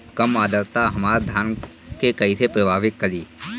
कम आद्रता हमार धान के कइसे प्रभावित करी?